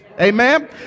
Amen